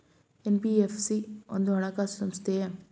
NBFC ಒಂದು ಹಣಕಾಸು ಸಂಸ್ಥೆಯೇ?